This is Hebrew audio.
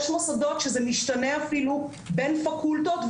יש מוסדות שזה משתנה אפילו בין פקולטות,